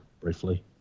briefly